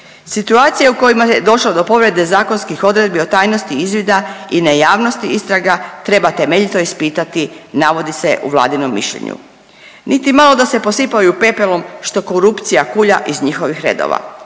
Situacija u kojima je došlo do povrede zakonskih odredbi o tajnosti izvida i nejavnosti istraga treba temeljito ispitati navodi se u vladinom mišljenju. Niti malo da se posipaju pepelom što korupcija kulja iz njihovih redova.